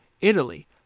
Italy